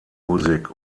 music